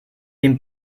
den